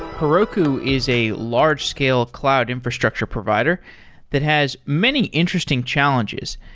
heroku is a large-scale cloud infrastructure provider that has many interesting challenges,